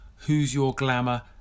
whosyourglamour